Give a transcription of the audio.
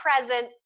present